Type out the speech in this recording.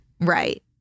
Right